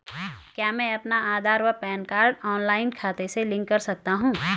क्या मैं अपना आधार व पैन कार्ड ऑनलाइन खाते से लिंक कर सकता हूँ?